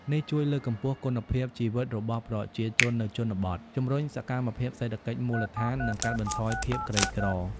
នេះជួយលើកកម្ពស់គុណភាពជីវិតរបស់ប្រជាជននៅជនបទ ជំរុញសកម្មភាពសេដ្ឋកិច្ចមូលដ្ឋាន និងកាត់បន្ថយភាពក្រីក្រ។